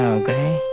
okay